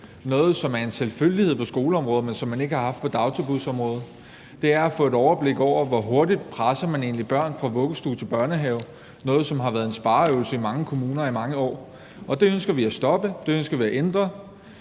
noget, som er en selvfølgelighed på skoleområdet, men som man ikke har haft på dagtilbudsområdet. Det er at få et overblik over, hvor hurtigt man egentlig presser børn fra vuggestue til børnehave – noget, som har været en spareøvelse i mange kommuner i mange år. Det ønsker vi at stoppe, det ønsker vi at ændre.